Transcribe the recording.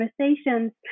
conversations